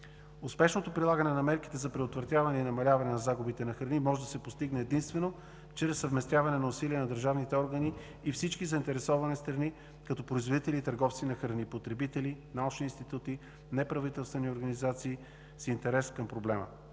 Успешното прилагане на мерките за предотвратяване и намаляване на загубите на храни може да се постигне единствено чрез съвместяване на усилия на държавните органи и всички заинтересовани страни, като производители и търговци на храни, потребители, научни институти, неправителствени организации с интерес към проблема.